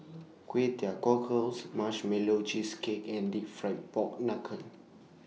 Kway Teow Cockles Marshmallow Cheesecake and Deep Fried Pork Knuckle